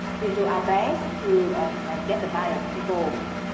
we'll do our best to get the buyers involved.